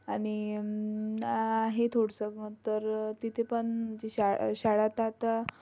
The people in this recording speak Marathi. आणि आहे थोडंसं तर तिथे पण जी शा शाळा आता आता